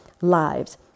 lives